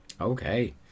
Okay